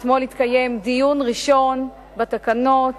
אתמול התקיים דיון ראשון בתקנות